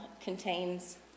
contains